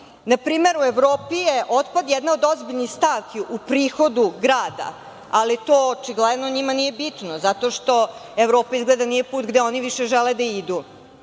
Na primer u Evropi je otpad jedno od ozbiljnih stavki u prihodu grada, ali to očigledno njima nije bitno zato što Evropa očigledno nije put gde oni više žele da